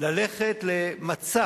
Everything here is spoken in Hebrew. ללכת למצע